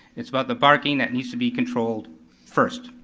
it's about the barking that needs to be controlled first.